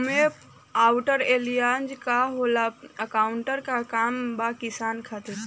रोम्वे आउर एलियान्ज का होला आउरएकर का काम बा किसान खातिर?